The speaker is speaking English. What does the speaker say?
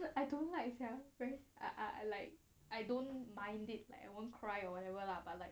I don't like sia very I I like I don't mind it like I won't cry or whatever lah but like